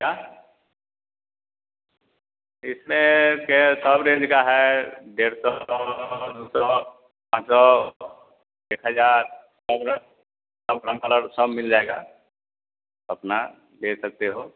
क्या इसमें के सब रेंज का है डेढ़ सौ दो सौ पाँच सौ एक हज़ार सब रंग सब रंग वाला सब मिल जाएगा अपना ले सकते हो